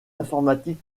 informatique